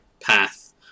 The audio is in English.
path